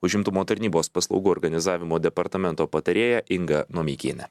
užimtumo tarnybos paslaugų organizavimo departamento patarėja inga nomeikienė